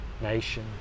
nation